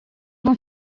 não